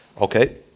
okay